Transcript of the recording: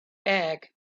back